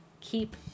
Keep